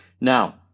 Now